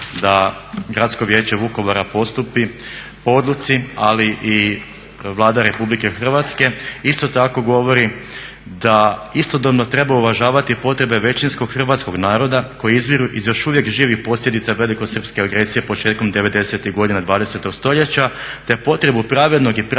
da Gradsko vijeće Vukovara postupi po odluci, ali i Vlada Republike Hrvatske isto tako govori da istodobno treba uvažavati potrebe većinskog hrvatskog naroda koji izviru iz još uvijek živih posljedica velikosrpske agresije početkom devedesetih godina 20.stoljeća te potrebu pravednog i pravnog